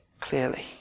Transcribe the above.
clearly